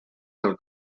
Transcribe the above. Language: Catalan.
del